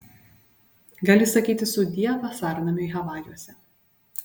gali sakyti sudie vasarnamiui havajuose